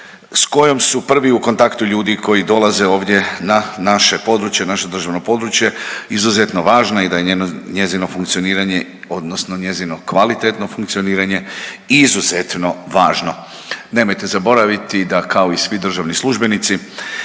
s kojom su prvi u kontaktu ljudi koji dolaze ovdje na naše područje, naše državno područje, izuzetno važna i da je njezino funkcioniranje odnosno njezino kvalitetno funkcioniranje izuzetno važno. Nemojte zaboraviti da kao i svi državni službenici